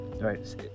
right